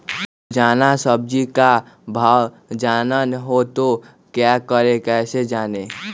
रोजाना सब्जी का भाव जानना हो तो क्या करें कैसे जाने?